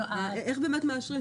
איך באמת מאשרים?